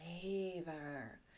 flavor